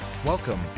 Welcome